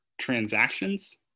transactions